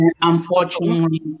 Unfortunately